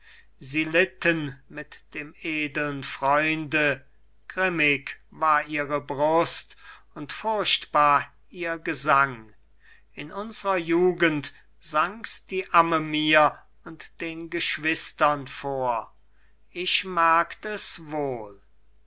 sie litten mit dem edeln freunde grimmig war ihre brust und furchtbar ihr gesang in unsrer jugend sang's die amme mir und den geschwistern vor ich merkt es wohl